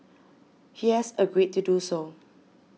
he has agreed to do so